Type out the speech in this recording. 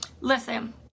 listen